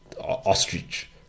ostrich